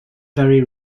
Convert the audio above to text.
very